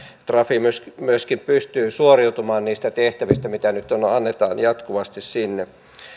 trafi myöskin pystyy suoriutumaan niistä tehtävistä mitä nyt annetaan jatkuvasti sinne